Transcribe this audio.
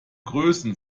größen